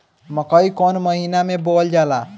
मकई कौन महीना मे बोअल जाला?